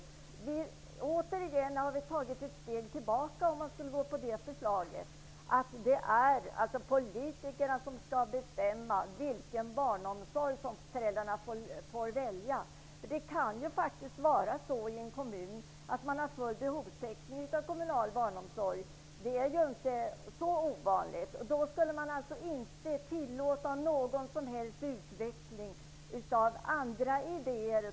Vi tar återigen ett steg tillbaka om vi ställer oss bakom förslaget om att politikerna skall bestämma vilken barnomsorg föräldrarna skall få välja. En kommun kan faktiskt ha full behovstäckning av kommunal barnomsorg. Det är inte så ovanligt. Då skulle man alltså inte tillåta någon som helst utveckling av andra idéer.